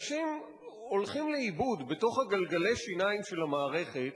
אנשים הולכים לאיבוד בתוך גלגלי השיניים של המערכת,